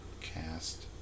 cast